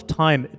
time